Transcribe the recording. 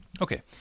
Okay